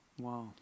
Wow